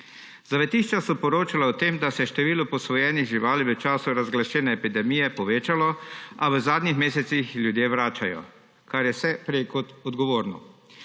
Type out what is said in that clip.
Zavetišča so poročala o tem, da se je število posvojenih živali v času razglašene epidemije povečalo, a v zadnjih mesecih jih ljudje vračajo, kar je vse prej kot odgovorno.